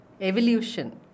evolution